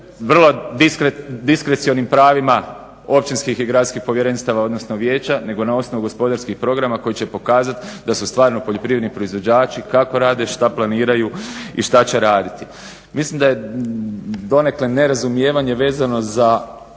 vrlo diskrecionim pravima općinskih i gradskih povjerenstava, odnosno vijeća nego na osnovu gospodarskih programa koji će pokazat da su stvarno poljoprivredni proizvođači, kako rade, šta planiraju i šta će raditi. Mislim da je donekle nerazumijevanje vezano za